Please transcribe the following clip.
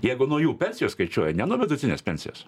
jeigu nuo jų pensijos skaičiuoja ne nuo vidutinės pensijos